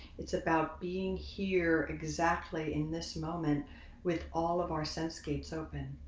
it's about being here exactly in this moment with all of our senses gates open.